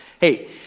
Hey